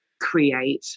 create